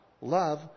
love